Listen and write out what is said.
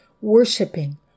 worshipping